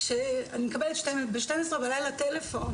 כשאני מקבלת בחצות טלפון,